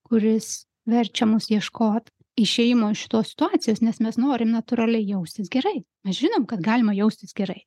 kuris verčia mus ieškot išėjimo iš šitos situacijos nes mes norim natūraliai jaustis gerai žinom kad galima jaustis gerai